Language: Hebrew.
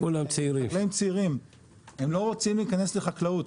הם לא רוצים להיכנס לחקלאות,